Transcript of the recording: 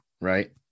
right